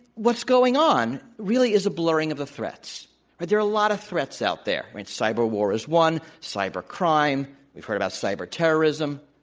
what's going on really is a blurring of the threats. there are a lot of threats out there. cyber war is one, cyber crime we've heard about cyber terrorism,